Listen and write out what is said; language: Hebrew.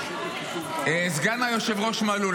סגן היושב-ראש מלול,